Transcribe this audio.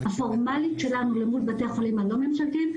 הפורמלית שלנו - אל מול בתי החולים הלא ממשלתיים.